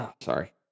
Sorry